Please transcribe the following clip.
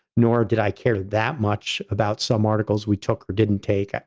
nor did i care that much about some articles we took or didn't take. ah